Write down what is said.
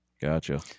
Gotcha